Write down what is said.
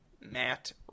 Matt